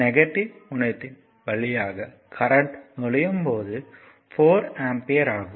negative முனையத்தின் வழியாக current நுழையும் போது 4 ஆம்ப்யர் ஆகும்